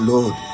Lord